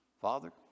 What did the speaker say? Father